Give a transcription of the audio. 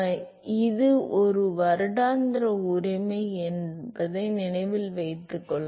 எனவே இது ஒரு வருடாந்திர உரிமை என்பதை நினைவில் கொள்க